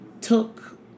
took